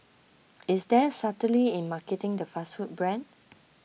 is there subtlety in marketing the fast food brand